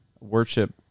worship